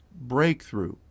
breakthrough